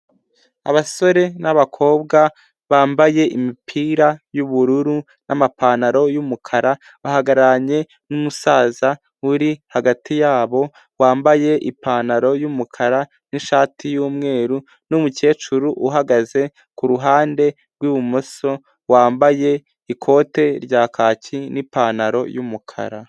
Abasore n'abakobwa bambaye imipira y'ubururu n'amapantaro y'umukara, bahagararanye n'umusaza uri hagati yabo wambaye ipantaro y'umukara n'ishati y'umweru n'umukecuru uhagaze ku ruhande rw'ibumoso, wambaye ikote rya kaki n'ipantaro y'umukara.